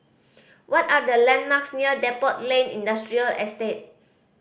what are the landmarks near Depot Lane Industrial Estate